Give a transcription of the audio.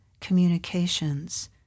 communications